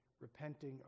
repenting